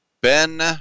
Ben